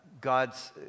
God's